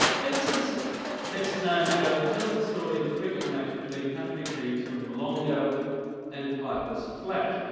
spencer's best-known ballad tells the story of a cricket match between country teams from milongo and piper's flat.